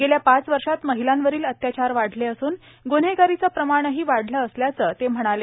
गेल्या पाच वर्षात महिलांवरील अत्याचार वाढले असूनए ग्न्हेगारीचं प्रमाण वाढलं असल्याचं ते म्हणाले